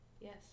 Yes